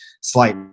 slight